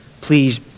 please